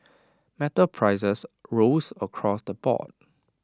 metal prices rose across the board